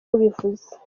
ubivuze